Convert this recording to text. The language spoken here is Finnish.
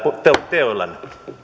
teoillanne